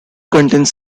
contains